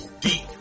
deep